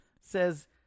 says